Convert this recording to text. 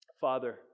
Father